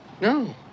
No